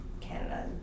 Canada